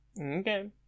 Okay